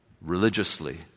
religiously